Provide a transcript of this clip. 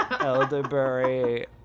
Elderberry